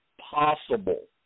possible